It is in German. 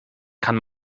kann